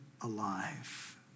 alive